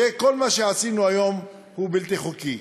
כל מה שעשינו היום הוא בלתי חוקי.